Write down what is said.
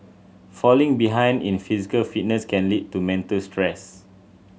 falling behind in physical fitness can lead to mental stress